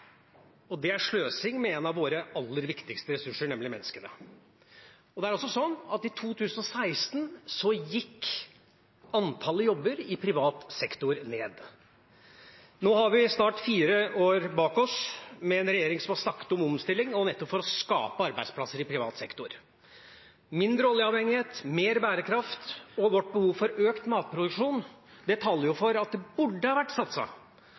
og det er sløsing med en av våre aller viktigste ressurser, nemlig menneskene. Det er sånn at i 2016 gikk antallet jobber i privat sektor ned. Nå har vi snart fire år bak oss med en regjering som har snakket om omstilling, nettopp for å skape arbeidsplasser i privat sektor. Mindre oljeavhengighet, mer bærekraft og vårt behov for økt matproduksjon taler for at det burde ha vært